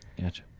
Gotcha